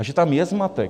A že tam je zmatek!